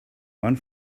one